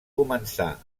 començà